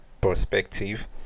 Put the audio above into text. perspective